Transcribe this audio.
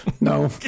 No